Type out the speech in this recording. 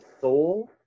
soul